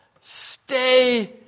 stay